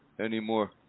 anymore